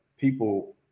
people